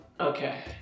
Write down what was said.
Okay